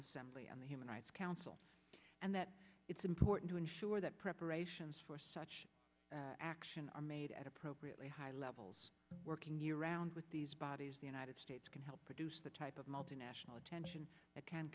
assembly on the human rights council and that it's important to ensure that preparations for such action are made at appropriately high levels working year round with these bodies the united states can help produce the type of multinational attention that can